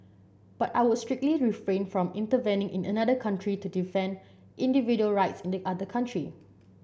but I would strictly refrain from intervening in another country to defend individual rights in the other country